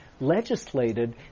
legislated